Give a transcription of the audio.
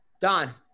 Don